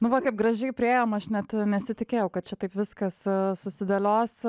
nu va kaip gražiai priėjom aš net nesitikėjau kad čia taip viskas susidėlios